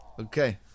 Okay